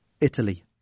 Italy